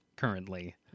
Currently